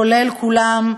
כולל כולם,